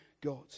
God